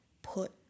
put